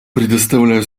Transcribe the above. предоставляю